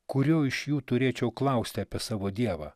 kurių iš jų turėčiau klausti apie savo dievą